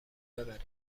ببرین